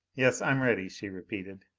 yes, i'm ready, she repeated.